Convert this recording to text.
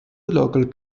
local